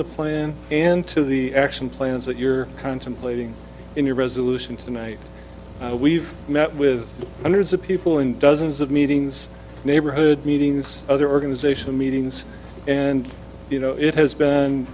the plan and to the action plans that you're contemplating in your resolution tonight we've met with hundreds of people in dozens of meetings neighborhood meetings other organizational meetings and you know it has been